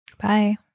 Bye